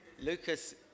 Lucas